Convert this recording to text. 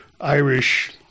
Irish